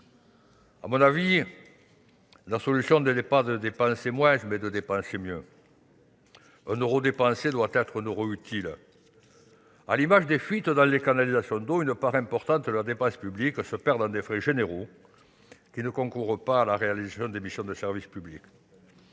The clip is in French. À mon avis, la solution est non pas de dépenser moins, mais de dépenser mieux. Un euro dépensé doit être un euro utile. À l'image d'une fuite au niveau d'une canalisation d'eau, une part importante de la dépense publique se perd dans des frais généraux qui ne contribuent pas à la réalisation de missions de service public.